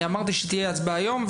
אני אמרתי שתהיה הצבעה היום,